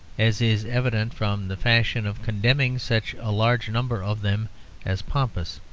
as is evident from the fashion of condemning such a large number of them as pompous.